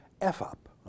F-up